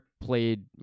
played